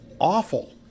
awful